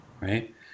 Right